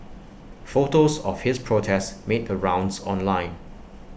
photos of his protest made the rounds online